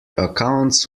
accounts